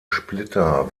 splitter